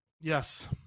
Yes